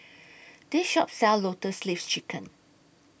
This Shop sells Lotus Leaf Chicken